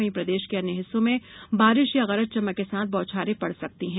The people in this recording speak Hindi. वहीं प्रदेश के अन्य हिस्सों में बारिश या गरज चमक के साथ बौछारें पड़ सकती है